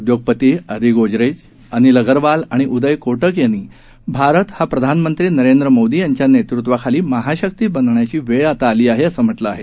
उद्योगपती अदी गोदरेज अनिल अगरवाल आणि उदय को क यांनी भारत हा प्रधानमंत्री नरेंद्र मोदी यांच्या नेतृत्वाखाली महाशक्ती बनण्याची वेळ आता आली आहे असं म्हालं आहे